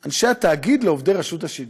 בין אנשי התאגיד לעובדי רשות השידור,